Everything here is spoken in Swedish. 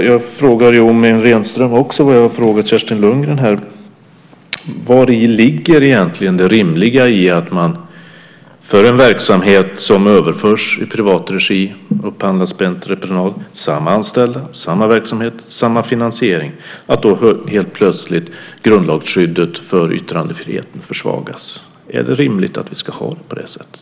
Jag frågar Yoomi Renström, liksom jag har frågat Kerstin Lundgren: Vari ligger det rimliga i att man för en verksamhet som överförs i privat regi, upphandlas på entreprenad men har samma anställda, samma verksamhet och samma finansiering, försvagar yttrandefriheten? Är det rimligt att det ska vara på det sättet?